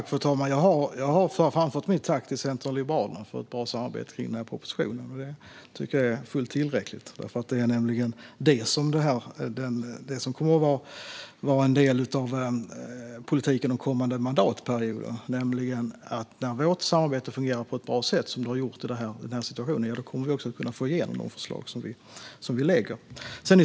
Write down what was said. Fru talman! Jag har framfört mitt tack till Centern och Liberalerna för ett bra samarbete kring propositionen. Det tycker jag är fullt tillräckligt, för det är nämligen det som kommer att vara en del av politiken den kommande mandatperioden. När vårt samarbete fungerar på ett bra sätt, som det har gjort i den här situationen, kommer vi också att kunna få igenom de förslag som vi lägger fram.